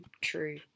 true